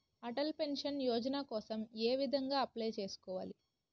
Atal pension Yojana కోసం ఏ విధంగా అప్లయ్ చేసుకోవాలి?